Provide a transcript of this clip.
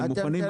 הם מוכנים,